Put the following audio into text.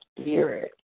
spirit